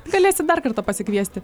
galėsit dar kartą pasikviesti